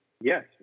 yes